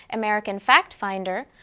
american factfinder,